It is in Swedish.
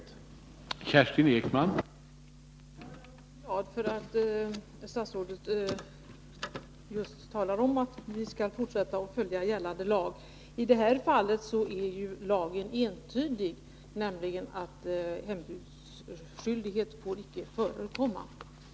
ett medel att erhålla uppgifter om banktillgodohavande m.m.